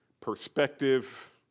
perspective